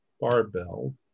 barbell